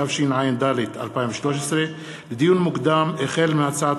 התשע"ד 2013. לדיון מוקדם: החל בהצעת